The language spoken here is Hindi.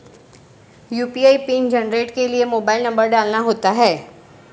यू.पी.आई पिन जेनेरेट के लिए मोबाइल नंबर डालना होता है